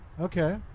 Okay